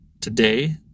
Today